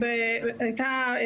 והקליטה.